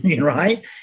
Right